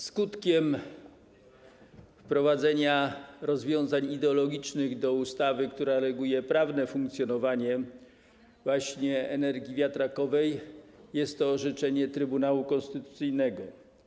Skutkiem wprowadzenia rozwiązań ideologicznych do ustawy, która reguluje prawne funkcjonowanie energii wiatrowej, jest to orzeczenie Trybunału Konstytucyjnego.